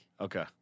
Okay